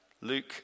Luke